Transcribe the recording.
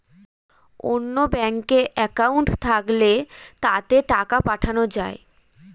অন্য ব্যাঙ্কে অ্যাকাউন্ট থাকলে তাতে টাকা পাঠানো যায়